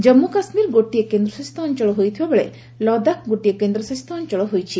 ଜାମ୍ମୁ କାଶ୍ମୀର ଗୋଟିଏ କେନ୍ଦ୍ରଶାସିତ ଅଞ୍ଚଳ ହୋଇଥିବାବେଳେ ଲଦାଖ ଗୋଟିଏ କେନ୍ଦ୍ରଶାସିତ ଅଞ୍ଚଳ ହୋଇଛି